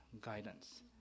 guidance